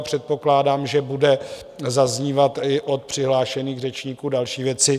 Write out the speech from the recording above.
Předpokládám, že budou zaznívat i od přihlášených řečníků další věci.